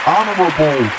Honorable